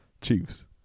Chiefs